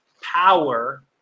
power